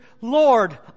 lord